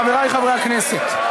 חברי חברי הכנסת,